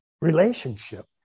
relationship